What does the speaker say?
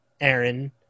aaron